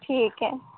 ٹھیک ہے